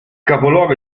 capoluogo